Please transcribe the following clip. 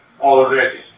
already